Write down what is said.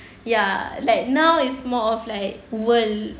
ya like now more of like world